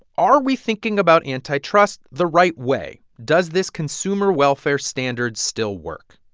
are we thinking about antitrust the right way? does this consumer welfare standard still work?